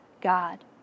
God